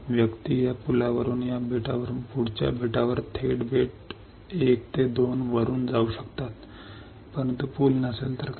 व्यक्ती या बेटावरून पुढच्या बेटावर थेट बेट 1 बेट 2 वरून हा पूल ओलांडू शकतात परंतु पूल नसेल तर काय